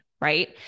Right